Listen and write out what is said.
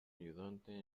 ayudante